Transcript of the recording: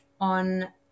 on